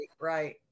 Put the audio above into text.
right